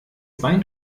bein